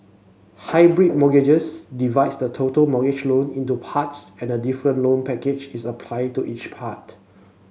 hybrid mortgages divides the total mortgage loan into parts and a different loan package is applied to each part